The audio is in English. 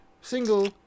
single